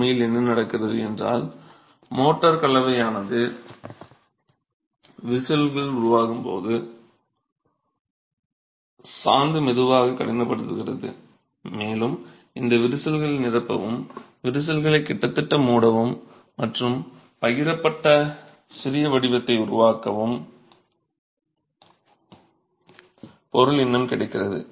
உண்மையில் என்ன நடக்கிறது என்றால் மோர்டார் கலவையானது விரிசல்கள் உருவாகும்போது சுண்ணாம்பு சாந்து மெதுவாக கடினப்படுத்துகிறது மேலும் இந்த விரிசல்களை நிரப்பவும் விரிசல்களை கிட்டத்தட்ட மூடவும் மற்றும் பகிரப்பட்ட சிறிய வடிவத்தை உருவாக்கவும் பொருள் இன்னும் கிடைக்கிறது